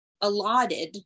allotted